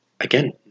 Again